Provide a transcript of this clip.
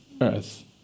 earth